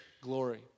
glory